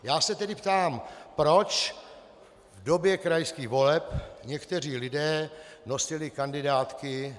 Já se tedy ptám, proč v době krajských voleb někteří lidé nosili kandidátky.